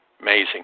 Amazing